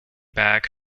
back